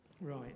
right